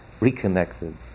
reconnected